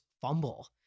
fumble